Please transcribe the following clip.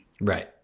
right